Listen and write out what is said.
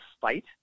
fight